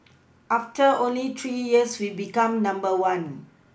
after only three years we've become number one